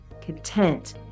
content